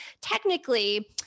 technically